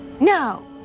No